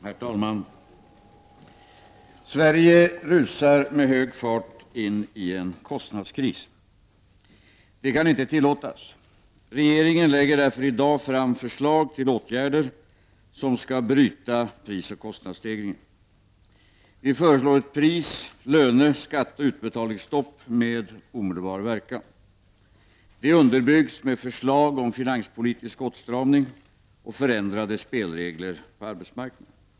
Herr talman! Sverige rusar med hög fart in i en kostnadskris. Det kan inte tillåtas. Regeringen lägger därför i dag fram förslag till åtgärder som skall bryta prisoch kostnadsstegringen. Vi föreslår ett pris-, löne-, skatteoch utbetalningsstopp med omedelbar verkan. Det underbyggs med förslag om en finanspolitisk åtstramning och förändrade spelregler på arbetsmarknaden.